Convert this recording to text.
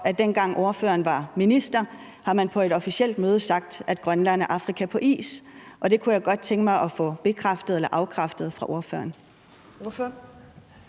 at dengang ordføreren var minister, har man på et officielt møde sagt, at Grønland er Afrika på is, og det kunne jeg godt tænke mig at få bekræftet eller afkræftet af ordføreren.